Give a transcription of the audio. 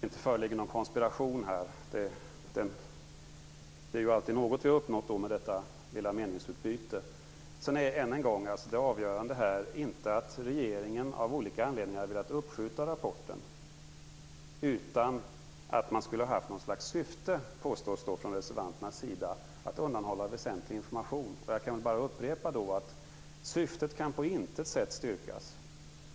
Herr talman! Det är bra att vi är överens om att det inte föreligger någon konspiration här. Det är ju alltid något som vi har uppnått med detta meningsutbyte. Än en gång: Det avgörande är inte att regeringen av olika anledningar ville uppskjuta rapporten utan att man skulle haft syftet att undanhålla väsentlig information, påstås det från reservanternas sida. Jag kan då bara upprepa att detta syfte på intet kan sätt styrkas.